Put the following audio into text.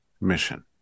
mission